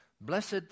Blessed